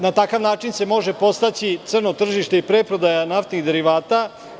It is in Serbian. Na takav način se može podstaći crno tržište i preprodaja naftnih derivata.